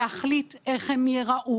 להחליט איך הם ייראו,